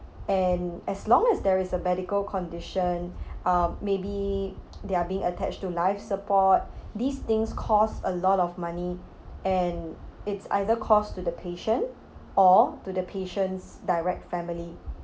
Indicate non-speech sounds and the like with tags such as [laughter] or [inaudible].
and as long as there is a medical condition [breath] uh maybe they are being attached to life support these things cost a lot of money and it's either cost to the patient or to the patient's direct family